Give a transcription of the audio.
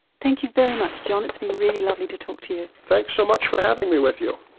thank you very much john, it's been really lovely to talk to you. thanks so much for having me with you.